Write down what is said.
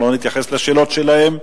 אנחנו לא נתייחס לשאלות שלהם,